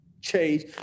change